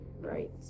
right